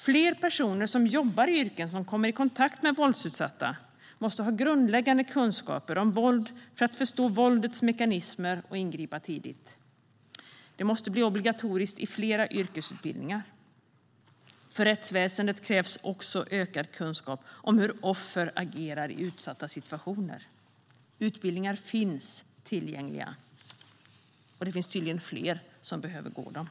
Fler personer som jobbar i yrken där man kommer i kontakt med våldsutsatta måste ha grundläggande kunskaper om våld för att förstå våldets mekanismer och ingripa tidigt. Det måste bli obligatoriskt i flera yrkesutbildningar. I rättsväsendet krävs också ökad kunskap om hur offer agerar i utsatta situationer. Utbildningar finns tillgängliga, och det finns tydligen fler som behöver gå dem.